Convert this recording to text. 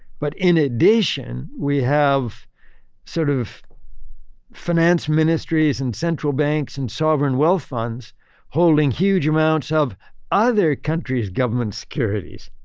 but in addition, we have sort of finance ministries and central banks and sovereign well funds holding huge amounts of other countries' government's securities.